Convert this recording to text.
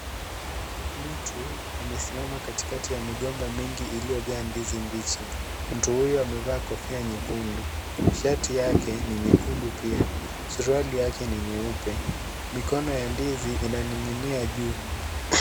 Mtu amesimama katikati ya migomba mingi iliyojaa ndizi mbichi mtu huyo amevaa kofia nyekundu shati yake ni nyekundu pia suruali yake ni nyeupe migomba ya ndizi inaning'inia juu.